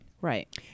Right